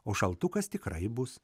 o šaltukas tikrai bus